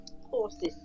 horses